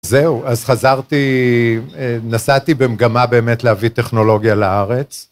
זהו, אז חזרתי, נסעתי במגמה באמת להביא טכנולוגיה לארץ.